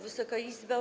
Wysoka Izbo!